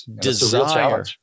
desire